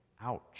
Ouch